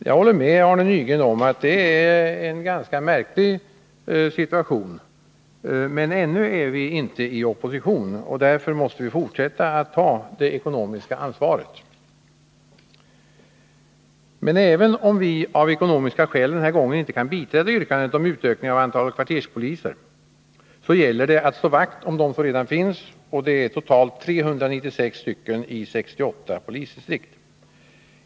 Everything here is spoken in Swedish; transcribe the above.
Jag håller med Arne Nygren om att det är en ganska märklig situation, men ännu är vi inte i opposition, och därför måste vi fortsätta att ta det ekonomiska ansvaret. Men även om vi av ekonomiska skäl den här gången inte kan biträda yrkandet om utökning av antalet kvarterspoliser, gäller det att slå vakt om dem som redan finns — totalt 396 i 68 polisdistrikt.